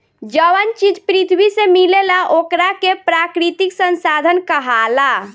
जवन चीज पृथ्वी से मिलेला ओकरा के प्राकृतिक संसाधन कहाला